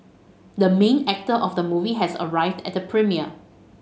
the main actor of the movie has arrived at the premiere